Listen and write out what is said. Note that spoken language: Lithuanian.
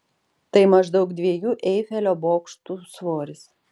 tai maždaug dviejų eifelio bokštų svoris